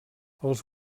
els